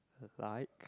like